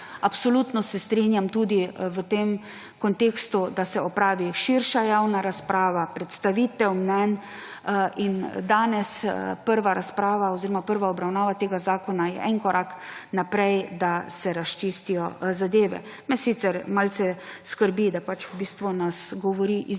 Absolutno se strinjam tudi v tem kontekstu, da se opravi širša javna razprava, predstavitev mnenj. Danes je prva obravnava tega zakona, to je en korak naprej, da se razčistijo zadeve. Me sicer malce skrbi, da nas govori izjemno